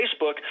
Facebook